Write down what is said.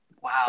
Wow